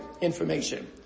information